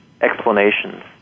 explanations